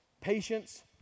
patience